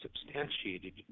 substantiated